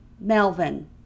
Melvin